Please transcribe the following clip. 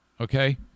Okay